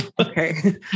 Okay